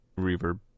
reverb